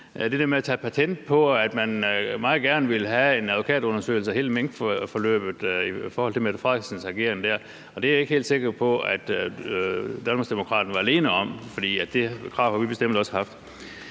det med at tage patent på, at man meget gerne vil have en advokatundersøgelse af hele minkforløbet i forhold til Mette Frederiksens ageren der. Det er jeg ikke helt sikker på at Danmarksdemokraterne er alene om. Det krav har vi bestemt også haft.